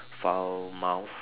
foul mouth